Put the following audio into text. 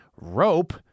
rope